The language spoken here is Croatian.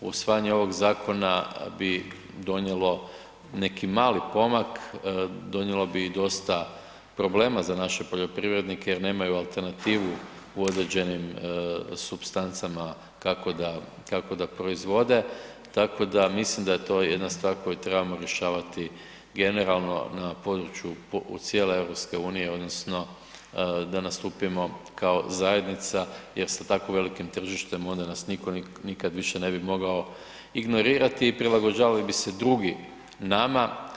Usvajanje ovog zakona bi donijelo neki mali pomak, donijelo bi i dosta problema za naše poljoprivrednike jer nemaju alternativu u određenim supstancama kako da, kako da proizvode, tako da mislim da je to jedna stvar koju trebamo rješavati generalno na području cijele EU odnosno da nastupimo kao zajednica jer sa tako velikim tržištem onda nas nitko nikad više ne bi mogao ignorirati i prilagođavali bi se drugi nama.